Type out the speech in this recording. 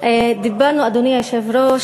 אדוני היושב-ראש,